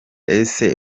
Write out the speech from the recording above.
ese